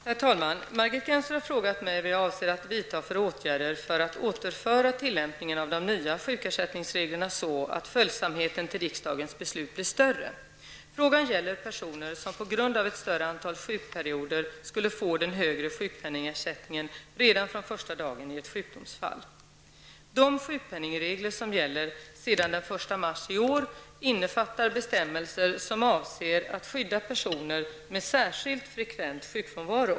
Herr talman! Margit Gennser har frågat mig vad jag avser att vidta för åtgärder för att återföra tillämpningen av de nya sjukersättningsreglerna så att följsamheten till riksdagens beslut blir större. Frågan gäller personer som på grund av ett större antal sjukperioder skall få den högre sjukpenningersättningen redan från första dagen i ett sjukdomsfall. De sjukpenningregler som gäller sedan den 1 mars i år innefattar bestämmelser som avser att skydda personer med särskilt frekvent sjukfrånvaro.